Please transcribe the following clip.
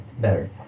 better